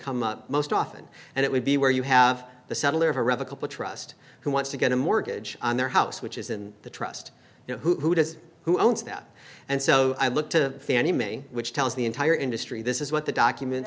come up most often and it would be where you have the settler of a revocable trust who wants to get a mortgage on their house which is in the trust you know who does who owns that and so i look to fannie mae which tells the entire industry this is what the documents